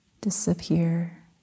disappear